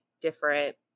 different